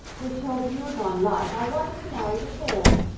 with your views on life i wonder you married at all.